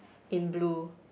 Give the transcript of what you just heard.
in blue